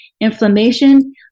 inflammation